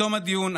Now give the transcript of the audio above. בתום הדיון,